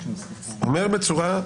אומר בצורה.